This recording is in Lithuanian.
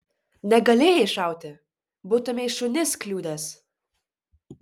negalėjai šauti būtumei šunis kliudęs